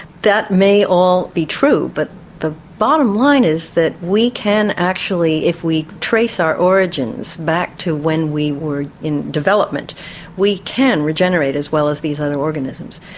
that may all be true, but the bottom line is that we can actually if we trace our origins back to when we were in development we can regenerate as well as these other organisms.